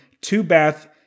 two-bath